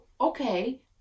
okay